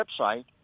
website